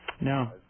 No